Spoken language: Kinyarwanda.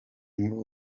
nkuru